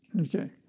Okay